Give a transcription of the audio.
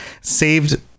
saved